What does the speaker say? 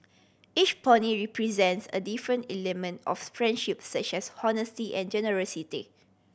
each pony represents a different element of friendship such as honesty and generosity